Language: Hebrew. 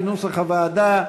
כנוסח הוועדה.